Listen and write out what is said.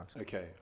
Okay